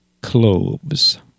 cloves